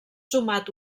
sumat